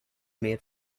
made